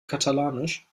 katalanisch